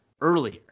earlier